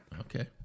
Okay